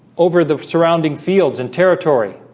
over the surrounding fields and territory